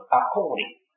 according